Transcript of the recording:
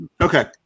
Okay